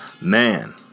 Man